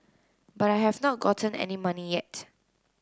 but I have not gotten any money yet